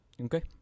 Okay